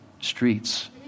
streets